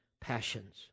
passions